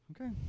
Okay